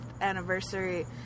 anniversary